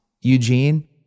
Eugene